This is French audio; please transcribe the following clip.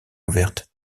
ouverte